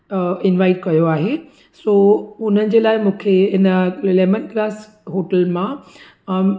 invite कयो आहे सो हुनजे लाइ मूंखे हिन लेमन ग्रास होटल मां